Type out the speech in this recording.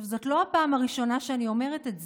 זאת לא הפעם הראשונה שאני אומרת את זה.